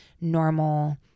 normal